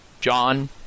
John